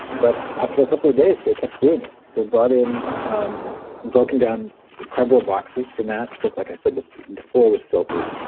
but after a couple of days they kept doing it. they brought in um broken down cardboard boxes for mats, because like i said the floor was filthy.